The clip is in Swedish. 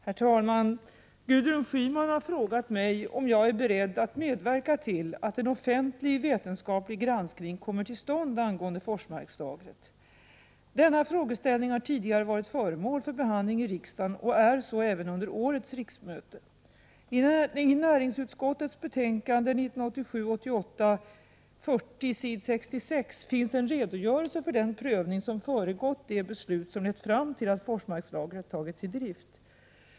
Herr talman! Gudrun Schyman har frågat mig om jag är beredd att medverka till att en offentlig vetenskaplig granskning kommer till stånd angående Forsmarkslagret. Denna frågeställning har tidigare varit föremål för behandling i riksdagen och är så även under årets riksmöte. I näringsutskottets betänkande 1987/88:40, s. 66, finns en redogörelse för den prövning som föregått de beslut som lett fram till att Forsmarkslagret tagits i drift.